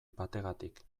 bategatik